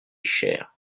cher